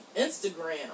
Instagram